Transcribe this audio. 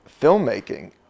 filmmaking